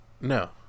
No